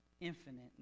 infinite